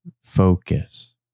focus